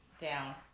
Down